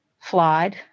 Flawed